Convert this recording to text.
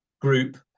group